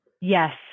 Yes